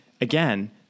again